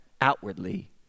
outwardly